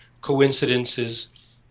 coincidences